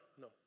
no